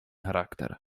charakter